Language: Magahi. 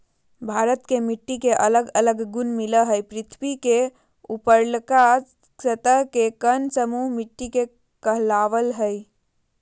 भारत के मिट्टी के अलग अलग गुण मिलअ हई, पृथ्वी के ऊपरलका सतह के कण समूह मिट्टी कहलावअ हई